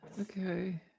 Okay